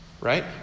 Right